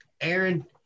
Aaron